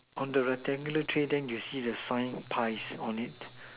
on the rectangular tray than you see the sign pies on it